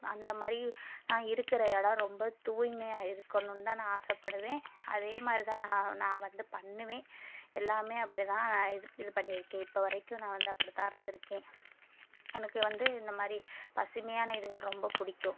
அந்த மாதிரி நான் இருக்கிற இடம் ரொம்ப தூய்மையாக இருக்கணும்னுதான் நான் ஆசைப்படுவேன் அதே மாதிரி தான் நான் நான் வந்து பண்ணுவேன் எல்லாமே அப்டிதான் நான் இது இது பண்ணி இருக்கேன் இப்போ வரைக்கும் நான் வந்து அப்பிடிதான் இருந்து இருக்கேன் எனக்கு வந்து இந்த மாதிரி பசுமையான இதுகள் ரொம்ப பிடிக்கும்